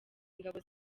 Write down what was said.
ingabo